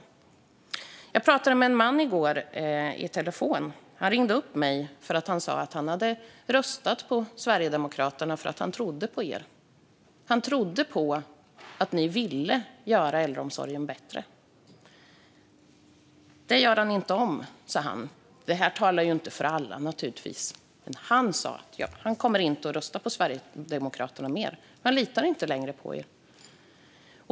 Jag pratade i går med en man på telefon. Han ringde upp mig och sa att han hade röstat på Sverigedemokraterna för att han trodde på dem. Han trodde på att de ville göra äldreomsorgen bättre. Det gör han inte om, sa han. Det här talar naturligtvis inte för alla, men han sa att han inte kommer att rösta på Sverigedemokraterna mer. Han litar inte längre på dem.